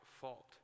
fault